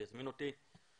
שהזמין אותי,